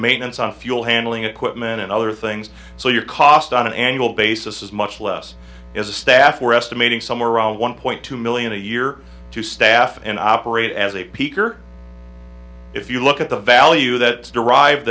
maintenance on fuel handling equipment and other things so your cost on an annual basis is much less as a staff were estimating somewhere around one point two million a year to staff and operate as a peak or if you look at the value that derive